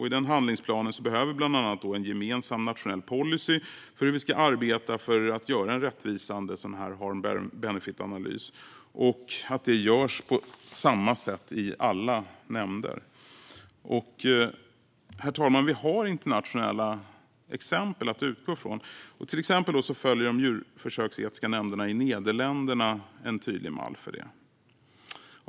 I den handlingsplanen behöver vi bland annat en gemensam nationell policy för hur vi ska arbeta för att göra rättvisande cost-benefit-analyser. De ska göras på samma sätt i alla nämnder. Herr talman! Vi har internationella exempel att utgå från. Till exempel följer de djurförsöksetiska nämnderna i Nederländerna en tydlig mall.